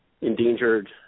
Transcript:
endangered